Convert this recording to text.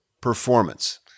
performance